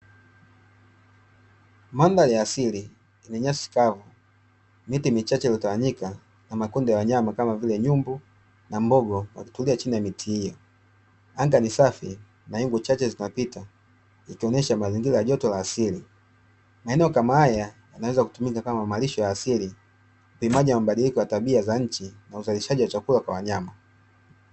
Mandhari ya asili yenye nyasi kavu miti michache iliyoitawanyika na makundi ya wanyama kama vile nyumbu na mbogo wakitulia chini ya mti hiyo ,anga ni safi na wingu chache zinzpita ikionyesha mazingira ya joto la asili, maeneo kama haya yanaweza kuonyesha malisho ya asili ni moja ya mabadiliko ya tabia za nchi na uzalishaji wa chakula kwa wanyama.